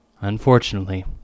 Unfortunately